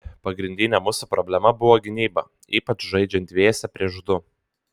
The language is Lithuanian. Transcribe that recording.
pagrindinė mūsų problema buvo gynyba ypač žaidžiant dviese prieš du